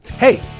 Hey